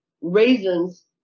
raisins